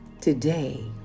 Today